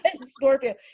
Scorpio